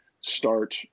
start